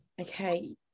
Okay